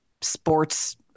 sports